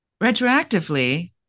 retroactively